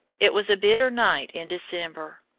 it was a bitter night in december.